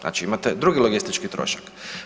Znači imate drugi logistički trošak.